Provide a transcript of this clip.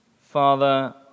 Father